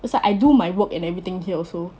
is like I do my work and everything here also